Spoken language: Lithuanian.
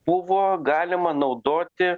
buvo galima naudoti